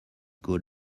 good